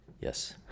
Yes